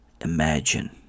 imagine